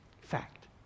Fact